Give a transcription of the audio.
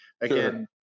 again